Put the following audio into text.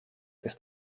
kes